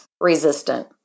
resistant